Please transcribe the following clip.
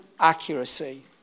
accuracy